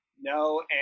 No